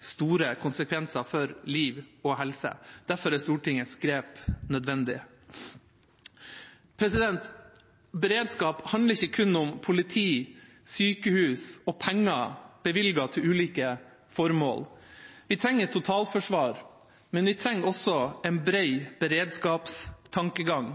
store konsekvenser for liv og helse. Derfor er Stortingets grep nødvendig. Beredskap handler ikke kun om politi, sykehus og penger bevilget til ulike formål. Vi trenger et totalforsvar, men vi trenger også en bred beredskapstankegang.